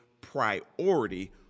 priority